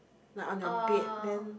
like on your bed then